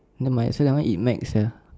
nevermind so that one eat Mac sia